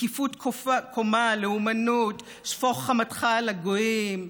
זקיפות קומה, לאומנות, שפוך חמתך על הגויים,